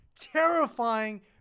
terrifying